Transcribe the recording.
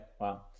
Wow